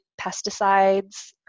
pesticides